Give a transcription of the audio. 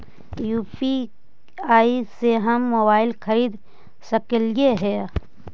UPI से हम mobile खरिद सकलिऐ है